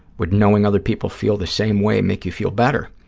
would knowing other people feel the same way make you feel better?